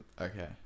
Okay